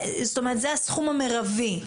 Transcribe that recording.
זאת אומרת, זה הסכום המרבי,